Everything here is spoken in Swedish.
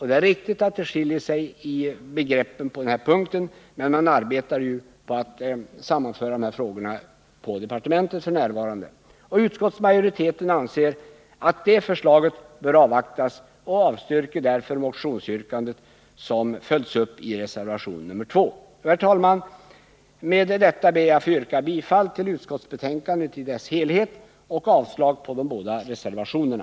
Det är riktigt att det finns skillnader i begreppen på den här punkten, men man arbetar f.n. i departementet på att sammanföra de här frågorna. Utskottsmajoriteten anser att det förslaget bör avvaktas och avstyrker därför motionsyrkandet som följs upp i reservation 2. Herr talman! Med detta ber jag att få yrka bifall till utskottets hemställan i dess helhet och avslag på de båda reservationerna.